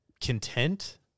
content